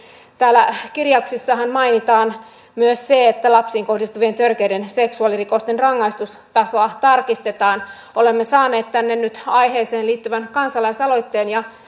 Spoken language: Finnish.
täällä kirjauksissahan mainitaan myös se että lapsiin kohdistuvien törkeiden seksuaalirikosten rangaistustasoa tarkistetaan olemme saaneet tänne nyt aiheeseen liittyvän kansalaisaloitteen ja